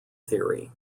theory